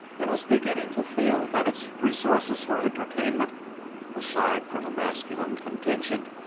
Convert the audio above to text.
and was beginning to feel that its resources for entertainment aside from the masculine contingent,